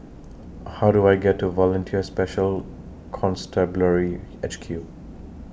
How Do I get to Volunteer Special Constabulary H Q